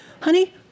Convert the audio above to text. Honey